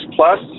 Plus